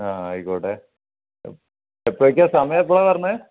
ആ ആയിക്കോട്ടെ എപ്പോഴൊക്കെ സമയം എപ്പോഴാണ് പറഞ്ഞത്